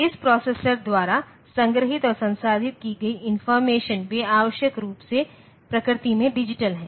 इस प्रोसेसर द्वारा संग्रहीत और संसाधित की गई इनफार्मेशन वे आवश्यक रूप से प्रकृति में डिजिटल हैं